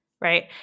right